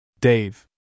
Dave